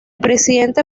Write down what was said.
presidente